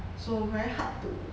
so very hard to